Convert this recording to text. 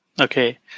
Okay